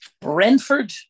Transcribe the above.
Brentford